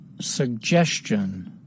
Suggestion